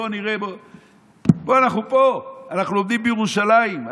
בוא, אנחנו פה, אנחנו לומדים בירושלים.